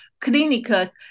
clinics